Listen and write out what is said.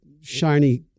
shiny